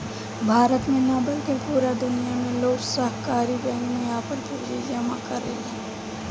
भारत में ना बल्कि पूरा दुनिया में लोग सहकारी बैंक में आपन पूंजी जामा करेलन